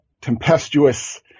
tempestuous